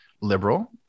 liberal